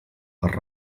per